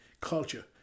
culture